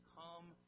come